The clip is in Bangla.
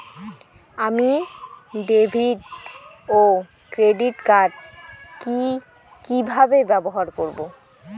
আমি ডেভিড ও ক্রেডিট কার্ড কি কিভাবে ব্যবহার করব?